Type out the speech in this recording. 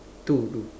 two two